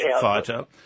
Fighter